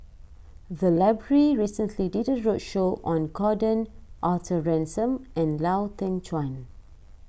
the library recently did a roadshow on Gordon Arthur Ransome and Lau Teng Chuan